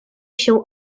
się